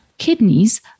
Kidneys